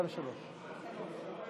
ההסתייגות (103) של קבוצת